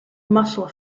muscle